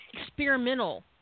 experimental